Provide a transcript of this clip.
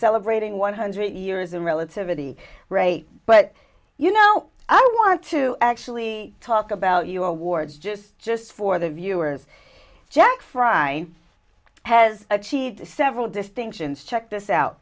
celebrating one hundred years in relativity right but you know i want to actually talk about you awards just just for the viewers jack fry has achieved several distinctions check